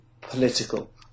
political